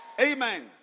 amen